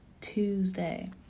Tuesday